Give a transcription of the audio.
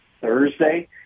Thursday